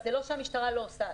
זה לא שהמשטרה לא עושה,